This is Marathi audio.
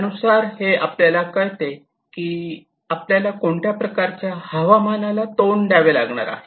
त्या नुसार हे आपल्याला कळते की आपल्याला कोणत्या प्रकारच्या हवामान ला तोंड द्यावे लागणार आहे